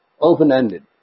open-ended